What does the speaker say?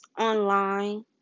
online